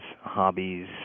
hobbies